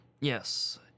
yes